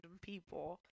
people